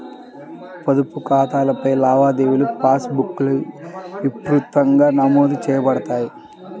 పొదుపు ఖాతాలపై లావాదేవీలుపాస్ బుక్లో విస్తృతంగా నమోదు చేయబడతాయి